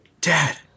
Dad